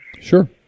Sure